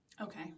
Okay